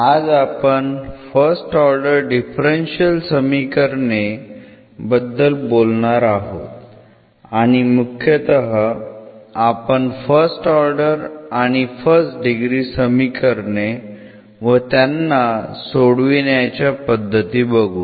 आज आपण first order differential समीकरणे बद्दल बोलणार आहोत आणि मुख्यतः आपण फर्स्ट ऑर्डर आणि फर्स्ट डिग्री समीकरणे व त्यांना सोडविण्याच्या पद्धती बघू